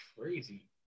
crazy